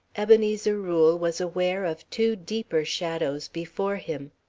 ebenezer rule was aware of two deeper shadows before him.